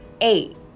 Eight